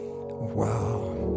Wow